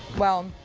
well,